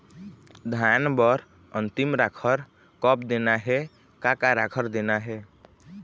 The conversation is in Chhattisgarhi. धान बर अन्तिम राखर कब देना हे, का का राखर देना हे?